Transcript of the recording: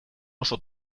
oso